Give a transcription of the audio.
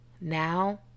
now